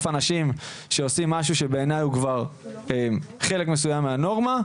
אנשים שעושים משהו שבעיניי הוא כבר חלק מסוים מהנורמה,